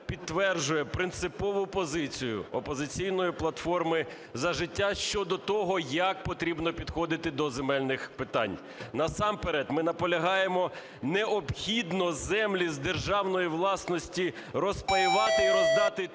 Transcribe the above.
підтверджує принципову позицію "Опозиційної платформи – За життя" щодо того, як потрібно підходити до земельних питань. Насамперед ми наполягаємо: необхідно землі з державної власності розпаювати і роздати тим,